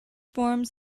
forms